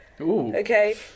Okay